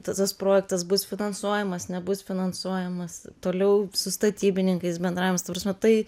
tas as projektas bus finansuojamas nebus finansuojamas toliau su statybininkais bendravimas ta prasme tai